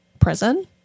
prison